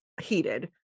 heated